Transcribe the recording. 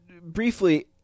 briefly